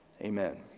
amen